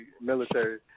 military